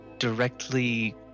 directly